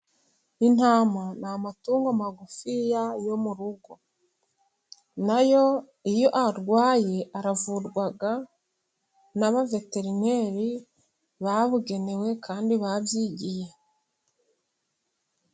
Intama ni amatungo magufiya yo mu rugo, na yo iyo arwaye aravurwa n'abaveterineri babugenewe kandi babyigiye.